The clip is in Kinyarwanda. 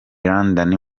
london